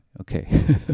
Okay